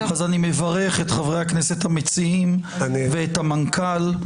אז אני מברך את חברי הכנסת המציעים ואת המנכ"ל.